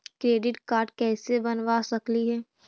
Credit card कैसे बनबा सकली हे?